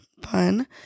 Pun